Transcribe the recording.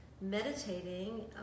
meditating